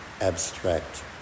abstract